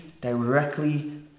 directly